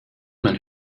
mein